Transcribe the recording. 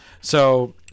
so-